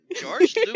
George